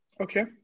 Okay